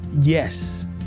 Yes